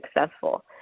successful